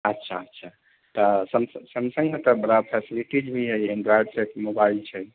अच्छा अच्छा तऽ सैमसंगमे तऽ बड़ा फेसिलिटिज भी है एन्ड्रॉइड मोबाइल छै